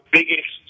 biggest